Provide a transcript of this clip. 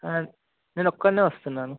నేను ఒక్కడినే వస్తున్నాను